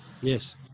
Yes